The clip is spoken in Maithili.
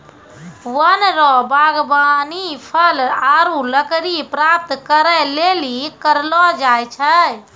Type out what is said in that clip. वन रो वागबानी फल आरु लकड़ी प्राप्त करै लेली करलो जाय छै